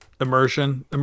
Immersion